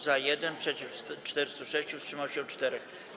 Za - 1, przeciw - 406, wstrzymało się 4.